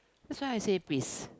that's why I say please